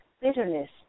bitterness